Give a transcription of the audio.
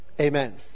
Amen